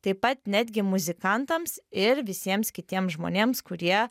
taip pat netgi muzikantams ir visiems kitiems žmonėms kurie